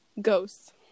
ghosts